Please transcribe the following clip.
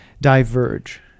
diverge